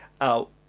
out